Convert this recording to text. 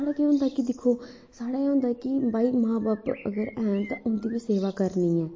ते साढ़े केह् होंदा कि दिक्खो अगर मां बब्ब हैन ते उंदी गै सेवा करनी ऐ